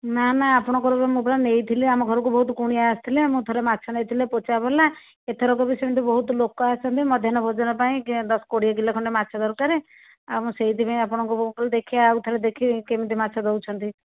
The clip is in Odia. ନାଁ ନାଁ ଆପଣଙ୍କ ରୁ ମୁଁ ପରା ନେଇଥିଲି ଆମ ଘରକୁ ବହୁତ କୁଣିଆ ଆସିଥିଲେ ମୁଁ ଥରେ ମାଛ ନେଇଥିଲି ପଚା ପଡ଼ିଲା ଏଥରକ ବି ସେମିତି ବହୁତ ଲୋକ ଆସନ୍ତି ମାଧ୍ୟାନ୍ନ ଭୋଜନ ପାଇଁ ଦଶ କୋଡ଼ିଏ କିଲୋ ଖଣ୍ଡେ ମାଛ ଦରକାର ଆଉ ମୁଁ ସେଇଥିପାଇଁ ଆପଣଙ୍କୁ ଦେଖିବା ଆଉଥରେ ଦେଖି କେମିତି ମାଛ ଦେଉଛନ୍ତି